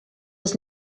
els